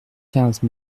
quinze